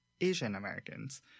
Asian-Americans